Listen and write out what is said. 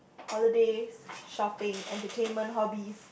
holidays shopping entertainment hobbies